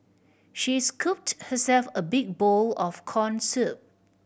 she scooped herself a big bowl of corn soup